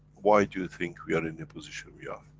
why do you think we are in the position we are?